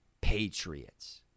Patriots